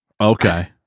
Okay